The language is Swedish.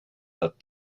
att